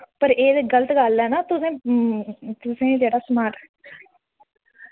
पर एह् ते गलत गल्ल ऐ ना तुसें तुसें गी जेह्ड़ा समान